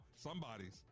Somebody's